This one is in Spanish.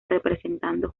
representando